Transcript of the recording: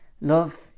love